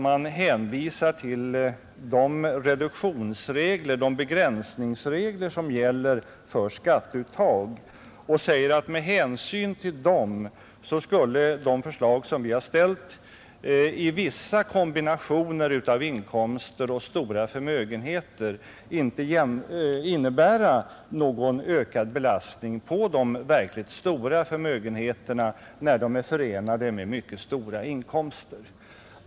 Man hänvisar också till de begränsningsregler som gäller för skatteuttag och säger att med hänsyn till dessa skulle de förslag som vi har ställt i vissa kombinationer av inkomster och stora förmögenheter inte innebära någon ökad belastning på de verkligt stora förmögenheterna när de är förenade med mycket stora inkomster.